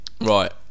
Right